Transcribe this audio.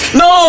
no